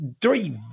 Three